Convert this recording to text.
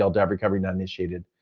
that recovery not initiated,